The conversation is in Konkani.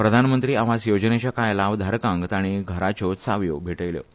प्रधानमंत्री आवास योजनेच्या काय लावधारकांक तांणी घरांच्यो चावयो भेटयल्यो